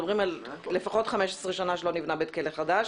אנחנו מדברים לפחות על 15 שנה שלא נבנה בית כלא חדש.